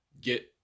get